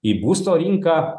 į būsto rinką